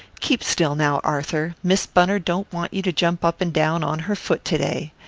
keep still now, arthur miss bunner don't want you to jump up and down on her foot to-day.